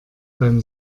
beim